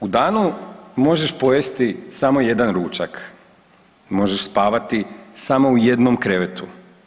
U danu možeš pojesti samo jedan ručak, možeš spavati samo u jednom krevetu.